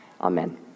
Amen